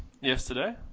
yesterday